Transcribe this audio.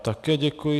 Také děkuji.